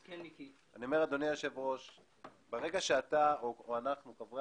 המקורית במטרה למוטט איזה שהוא עסק אחר,